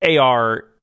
AR